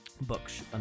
Books